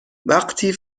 وقتی